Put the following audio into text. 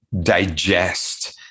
digest